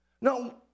no